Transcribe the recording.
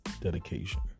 dedication